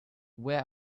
where